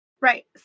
Right